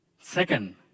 Second